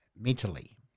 mentally